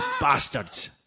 bastards